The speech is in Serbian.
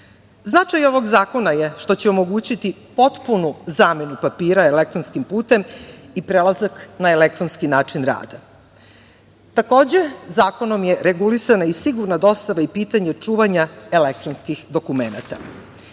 ovog zakona je što će omogućiti potpunu zamenu papira elektronskim putem, i prelazak na elektronski način rada. Takođe, zakonom je regulisana i sigurna dostava i pitanje čuvanja elektronskih dokumenata.